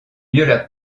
mieux